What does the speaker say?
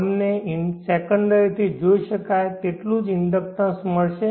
તમને સેકન્ડરી થી જોઈ શકાય તેટલું જ ઇન્ડક્ટન્સ મળશે